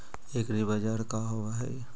एग्रीबाजार का होव हइ?